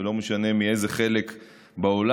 ולא משנה מאיזה חלק בעולם.